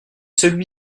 celui